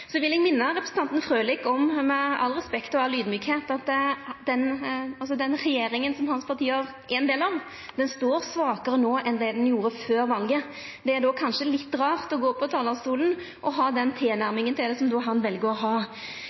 Så vil eg minna representanten Frølich – audmjukt og med all respekt – om at den regjeringa som hans parti er ein del av, står svakare no enn før valet. Det er kanskje litt rart å gå på talarstolen og ha den tilnærminga som han vel å ha.